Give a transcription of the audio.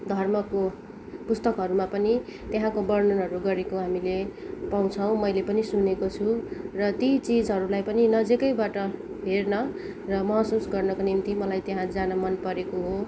धर्मको पुस्तकहरूमा पनि त्यहाँको वर्णनहरू गरेको हामीले पाउँछौँ मैले पनि सुनेको छु र त्यही चिजहरूलाई पनि नजिकैबाट हेर्न र महसुस गर्नको निम्ति मलाई त्यहाँ जान मनपरेको हो